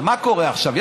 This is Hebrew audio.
אבל מה קורה עכשיו?